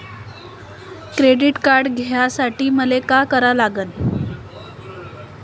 Credit card घ्यासाठी मले का करा लागन?